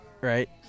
Right